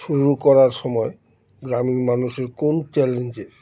শুরু করার সময় গ্রামীণ মানুষের কোন চ্যালেঞ্জের